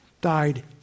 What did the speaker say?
died